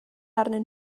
arnyn